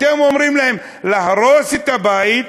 אתם אומרים להם: תהרוס את הבית,